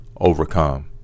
overcome